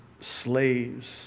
slaves